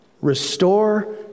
restore